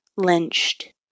lynched